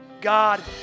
God